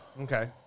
Okay